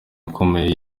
akomeye